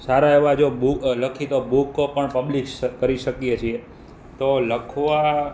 સારા એવા જો લખી તો બુક પણ પબ્લીશ કરી શકીએ છીએ તો લખવા